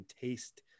taste